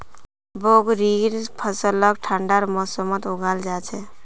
ब्रोकलीर फसलक ठंडार मौसमत उगाल जा छेक